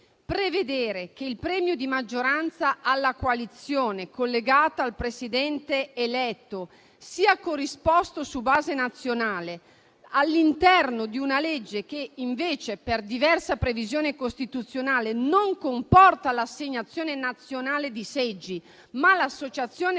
prevedere che il premio di maggioranza alla coalizione collegata al Presidente eletto sia corrisposto su base nazionale, all'interno di una legge che invece, per diversa previsione costituzionale, non comporta l'assegnazione nazionale di seggi, ma l'assegnazione regionale,